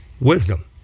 wisdom